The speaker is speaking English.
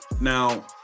now